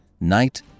Night